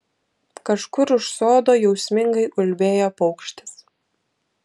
kažkur už sodo jausmingai ulbėjo paukštis